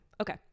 okay